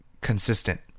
consistent